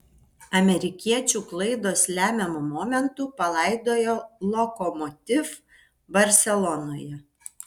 amerikiečių klaidos lemiamu momentu palaidojo lokomotiv barselonoje